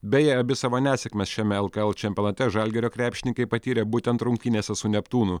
beje abi savo nesėkmes šiame lkl čempionate žalgirio krepšininkai patyrė būtent rungtynėse su neptūnu